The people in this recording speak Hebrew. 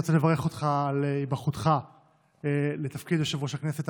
אני רוצה לברך אותך על היבחרותך לתפקיד יושב-ראש הכנסת.